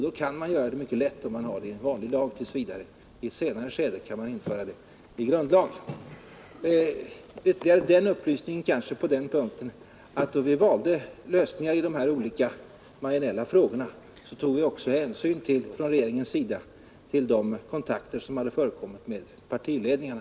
Det går då mycket lätt om det gäller en vanlig lag. I ett senare skede kan reglerna införas i grundlag. Jag kan ge ytterligare en upplysning. Då regeringen valde lösningar i dessa olika marginella frågor, tog den också hänsyn till vad som framkommit vid kontakter i ärendet med partiledarna.